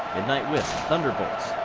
midnight wisps, thunderbolts,